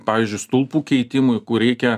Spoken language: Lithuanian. pavyzdžiui stulpų keitimui kur reikia